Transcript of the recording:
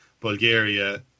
Bulgaria